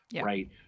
right